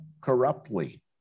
corruptly